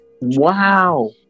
wow